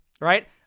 right